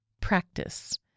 Practice